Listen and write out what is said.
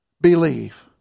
believe